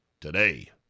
today